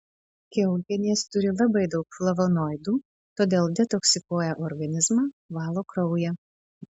kiaulpienės turi labai daug flavonoidų todėl detoksikuoja organizmą valo kraują